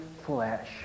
flesh